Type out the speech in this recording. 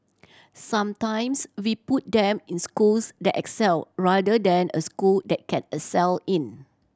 sometimes we put them in schools that excel rather than a school that can excel in